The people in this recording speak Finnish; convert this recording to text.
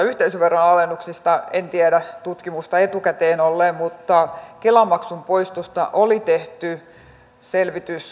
yhteisöveron alennuksista en tiedä tutkimusta etukäteen olleen mutta kela maksun poistosta oli tehty selvitys